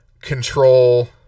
control